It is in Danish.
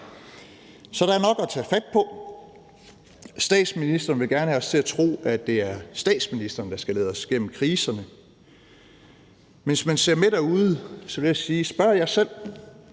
Så der er nok at tage fat på. Statsministeren vil gerne have os til at tro, at det er statsministeren, der skal lede os igennem kriserne. Mens man ser med derude, vil jeg sige: Spørg jer selv,